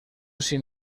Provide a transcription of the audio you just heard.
sin